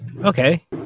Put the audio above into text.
Okay